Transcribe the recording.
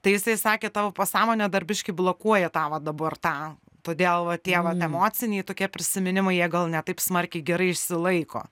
tai jisai sakė tavo pasąmonė dar biškį blokuoja tą vat dabar tą to dėl va tie vat emociniai tokie prisiminimai jie gal ne taip smarkiai gerai išsilaiko